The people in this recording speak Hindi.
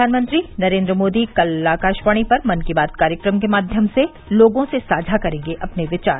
प्रधानमंत्री नरेन्द्र मोदी कल आकाशवाणी पर मन की बात कार्यक्रम के माध्यम से लोगों से साझा करेंगे अपने विचार